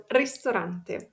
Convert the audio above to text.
ristorante